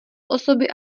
osoby